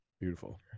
beautiful